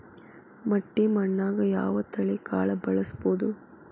ಮಟ್ಟಿ ಮಣ್ಣಾಗ್, ಯಾವ ತಳಿ ಕಾಳ ಬೆಳ್ಸಬೋದು?